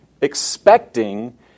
expecting